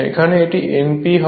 এখানে এটি N p হয়